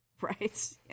Right